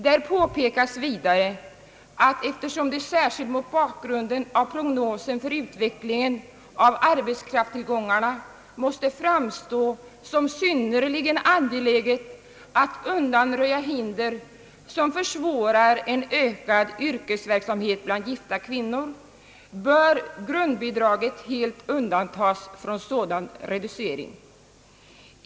Där påpekas vidare, att eftersom det särskilt mot bakgrunden av prognosen för utvecklingen av arbetskraftstillgångarna måste framstå såsom synnerligen angeläget att undanröja hinder, vilka försvårar en ökad yrkesverksamhet bland gifta kvinnor, bör grundbidraget helt undantas från sådan reducering.